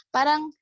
Parang